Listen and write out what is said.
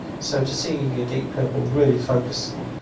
soto see yeah deep purple really focusing,